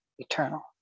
Eternal